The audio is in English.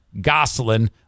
Gosselin